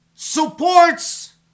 Supports